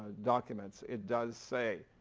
documents it does say,